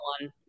one